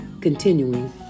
Continuing